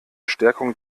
stärkung